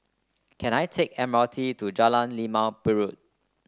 can I take the M R T to Jalan Limau Purut